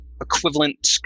equivalent